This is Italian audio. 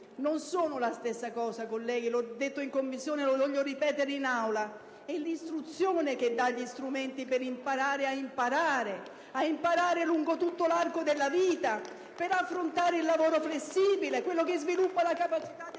Non sono la stessa cosa, colleghi; l'ho detto in Commissione e lo voglio ripetere in Aula: è l'istruzione che dà gli strumenti per imparare ad imparare e continuare a farlo lungo tutto l'arco della vita, per affrontare il lavoro flessibile, per sviluppare la capacità di